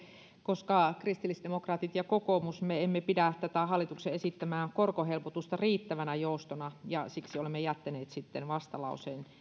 koska me kristillisdemokraatit ja kokoomus emme pidä hallituksen esittämää korkohelpotusta riittävänä joustona ja siksi olemme jättäneet vastalauseen